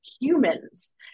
humans